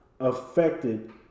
affected